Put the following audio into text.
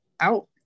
out